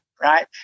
Right